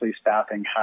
staffing